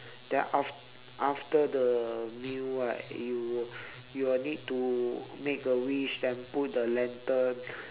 then after after the meal right you will you will need to make a wish then put the lantern